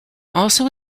also